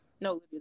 no